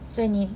所以你